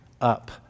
up